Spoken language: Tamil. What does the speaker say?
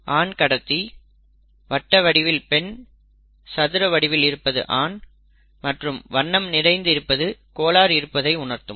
ஆண் கடத்தி வட்ட வடிவில் பெண் சதுர வடிவில் இருப்பது ஆண் மற்றும் வண்ணம் நிறைந்து இருப்பது கோளாறு இருப்பதை உணர்த்தும்